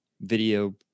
video